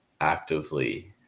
actively